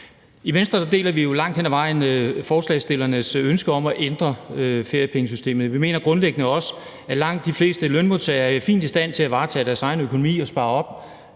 I Venstre deler vi jo langt hen ad vejen forslagsstillernes ønske om at ændre feriepengesystemet. Vi mener grundlæggende også, at langt de fleste lønmodtagere er fint i stand til at varetage deres egen økonomi og spare op